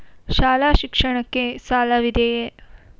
ಶಾಲಾ ಶಿಕ್ಷಣಕ್ಕೆ ಸಾಲವಿದೆಯೇ?